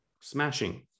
smashing